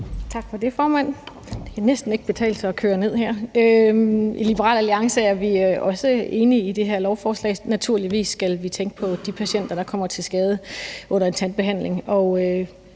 Tak for det, formand. Det kan næsten ikke betale sig at køre talerstolen ned her. I Liberal Alliance er vi også enige i det her lovforslag. Naturligvis skal vi tænke på de patienter, der kommer til skade under en tandbehandling,